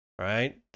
right